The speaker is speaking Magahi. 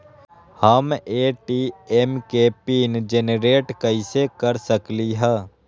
हम ए.टी.एम के पिन जेनेरेट कईसे कर सकली ह?